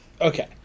Okay